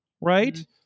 Right